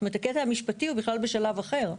הקטע המשפטי הוא בכלל בשלב אחר,